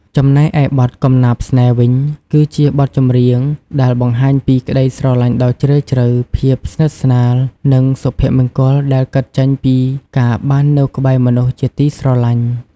ចំណែកឯបទ កំណាព្យស្នេហ៍ វិញ គឺជាបទចម្រៀងដែលបង្ហាញពីក្តីស្រឡាញ់ដ៏ជ្រាលជ្រៅ ភាពស្និទ្ធស្នាល និងសុភមង្គលដែលកើតចេញពីការបាននៅក្បែរមនុស្សជាទីស្រឡាញ់។